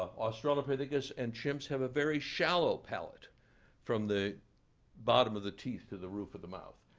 australopithecus and chimps have a very shallow palate from the bottom of the teeth to the roof of the mouth.